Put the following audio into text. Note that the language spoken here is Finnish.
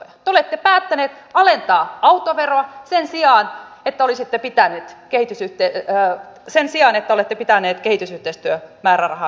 te olette päättäneet alentaa autoveroa sen sijaan että olisi pitänyt kehitysitte ja sen sijaan ei olisitte pitäneet kehitysyhteistyömäärärahan ennallaan